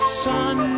sun